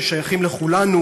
ששייכים לכולנו,